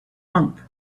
monk